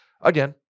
Again